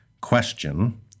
Question